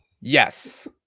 Yes